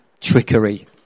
trickery